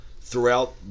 throughout